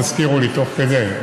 אז תזכירו לי תוך כדי,